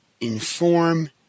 inform